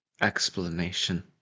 explanation